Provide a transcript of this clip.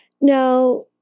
now